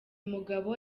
mugabo